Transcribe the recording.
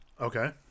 Okay